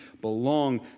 belong